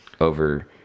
over